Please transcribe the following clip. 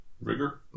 Rigor